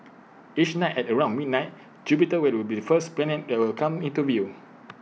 each night at around midnight Jupiter will be the first planet that will come into view